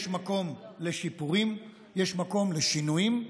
יש מקום לשיפורים, יש מקום לשינויים,